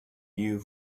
you